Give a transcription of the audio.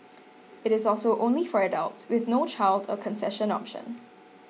it is also only for adults with no child or concession option